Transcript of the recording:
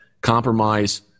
compromise